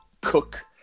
cook